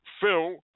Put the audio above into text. Phil